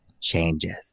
changes